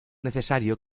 necesario